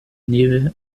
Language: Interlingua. nive